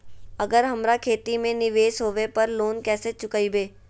अगर हमरा खेती में निवेस होवे पर लोन कैसे चुकाइबे?